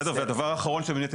הדבר האחרון שאיתו